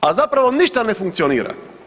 A zapravo ništa ne funkcionira.